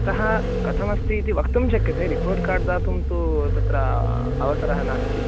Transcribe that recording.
अतः कथमस्तीति वक्तुं शक्यते रिपोर्ट् कार्ड् दातुं तु तत्र अवसरः नास्ति